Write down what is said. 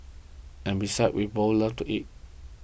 and besides we both love to eat